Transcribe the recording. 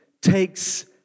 takes